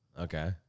Okay